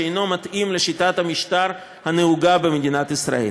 שאינו מתאים לשיטת המשטר הנהוגה במדינת ישראל.